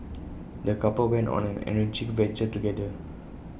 the couple went on an enriching adventure together